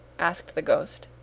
asked the ghost.